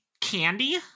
candy